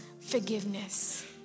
forgiveness